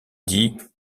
dit